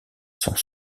sont